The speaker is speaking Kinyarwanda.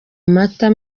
amata